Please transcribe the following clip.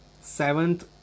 Seventh